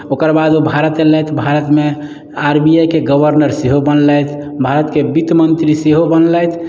ओकरबाद ओ भारत एलैथ भारत मे आर बी आइ के गवर्नर सेहो बनलथि भारत के वित्त मंत्री सेहो बनलथि